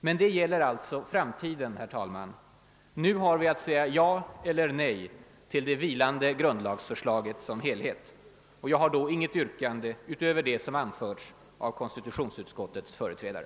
Men det gäller alltså framtiden. Nu har vi att säga ja eller nej till det vilande grundlagsförslaget som helhet. Jag har inget yrkande utöver det som framförts av konstitutionsutskottets företrädare.